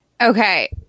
Okay